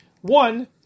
One